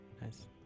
Nice